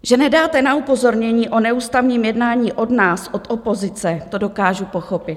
Že nedáte na upozornění o neústavním jednání od nás, od opozice, to dokážu pochopit.